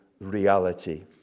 reality